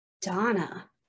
Donna